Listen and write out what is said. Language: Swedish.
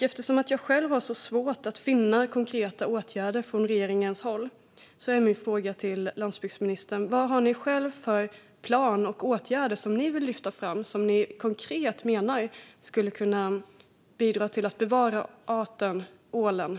Eftersom jag själv har svårt att finna konkreta åtgärder från regeringen är min fråga till landsbygdsministern: Vad har ni själva för plan och åtgärder som ni vill lyfta fram och som ni menar skulle kunna bidra konkret till att bevara ålen som art?